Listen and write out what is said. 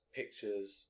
pictures